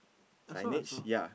I saw I saw